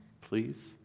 please